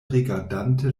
rigardante